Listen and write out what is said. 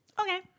Okay